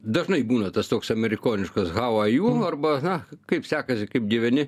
dažnai būna tas toks amerikoniškas hau a jū arba na kaip sekasi kaip gyveni